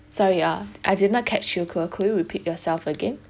sorry ah I did not catch you could could you repeat yourself again